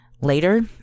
Later